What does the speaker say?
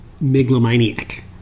megalomaniac